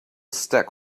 stack